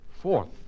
Fourth